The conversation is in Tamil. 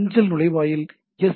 அஞ்சல் நுழைவாயில் எஸ்